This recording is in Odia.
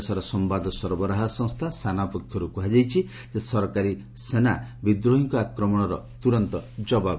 ଦେଶର ସମ୍ଭାଦ ସରବରାହ ସଂସ୍ଥା ସାନା ପକ୍ଷରୁ କୁହାଯାଇଛି ଯେ ସରକାରୀ ସୈନ୍ୟମାନେ ବିଦ୍ରୋହୀଙ୍କ ଆକ୍ରମଣର ତୁରନ୍ତ କବାବ ଦେଇଥିଲେ